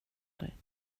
dig